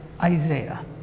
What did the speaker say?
isaiah